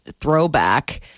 throwback